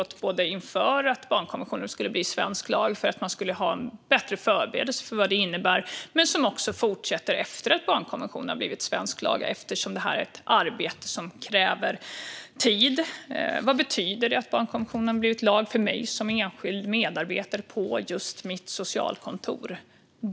Detta har pågått inför att barnkonventionen skulle bli lag, för att man skulle ha en bättre förberedelse för vad det innebär, men det fortsätter också efter att barnkonventionen har blivit svensk lag eftersom detta är ett arbete som kräver tid. Vad betyder det att barnkonventionen har blivit lag för mig som enskild medarbetare på just mitt socialkontor?